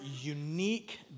unique